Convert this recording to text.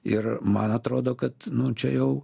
ir man atrodo kad nu čia jau